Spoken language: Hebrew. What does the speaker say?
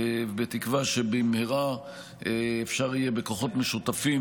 בתקווה שבמהרה אפשר יהיה בכוחות משותפים